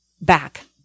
back